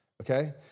okay